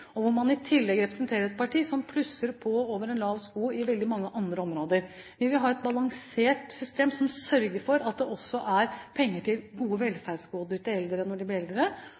vet om vil stå seg i en tid da folk lever lenger – i tillegg representerer man et parti som plusser på over en lav sko på veldig mange andre områder. Vi vil ha et balansert system som sørger for at det også er penger til gode velferdsgoder til eldre når de blir eldre,